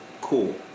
cool